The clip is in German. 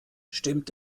stimmt